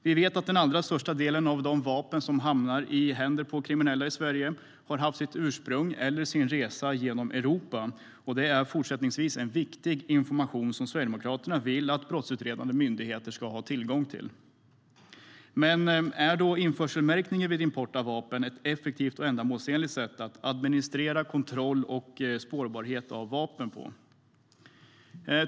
Vi vet att den allra största delen av de vapen som hamnar i händerna på kriminella i Sverige har sitt ursprung i eller har rest genom Europa. Det är fortsatt viktig information som Sverigedemokraterna vill att brottsutredande myndigheter ska ha tillgång till. Men är då införselmärkning vid import av vapen ett effektivt och ändamålsenligt sätt att administrera kontroll och spårbarhet av vapen?